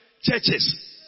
churches